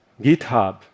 GitHub